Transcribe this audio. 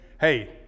hey